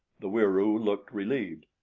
the wieroo looked relieved.